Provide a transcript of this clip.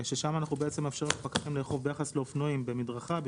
שם אנחנו בעצם מאפשרים לפקחים לאכוף ביחס לאופנועים במדרכה,